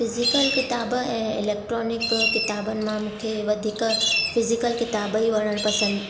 physical किताब ऐं electronic किताबनि मां मूंखे वधीक फिज़िकल किताबु ई पसंदि